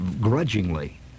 grudgingly